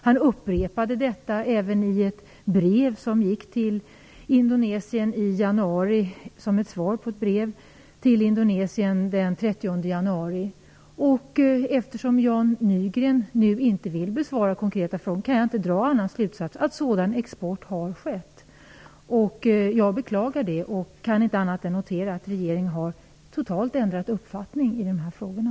Han upprepade detta i ett brev till Indonesien den 30 januari. Eftersom Jan Nygren nu inte vill besvara konkreta frågor kan jag inte dra någon annan slutsats än att sådan export har skett. Jag beklagar det och kan inte annat än att notera att regeringen totalt har ändrat uppfattning i de här frågorna.